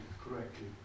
correctly